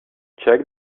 check